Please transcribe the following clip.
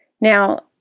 Now